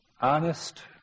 Honest